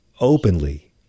openly